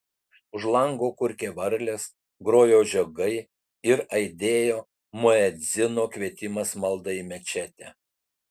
už lango kurkė varlės grojo žiogai ir aidėjo muedzino kvietimas maldai į mečetę